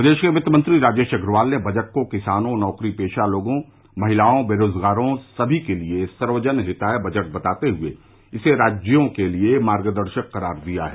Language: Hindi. प्रदेश के वित्त मंत्री राजेश अग्रवाल ने बजट को किसानों नौकरीपेशा लोगों महिलाओं बेरोजगारों सभी के लिये सर्वजन हिताय बजट बताते हुए इसे राज्यों के लिये मार्गदर्शक करार दिया है